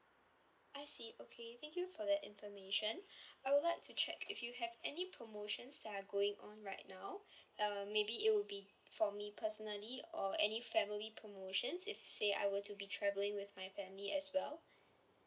I see okay thank you for the information I would like to check if you have any promotions that are going on right now uh maybe it will be for me personally or any family promotions if say I were to be travelling with my family as well